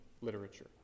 literature